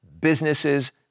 Businesses